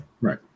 Right